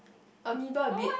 amoeba a bit